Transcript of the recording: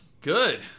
Good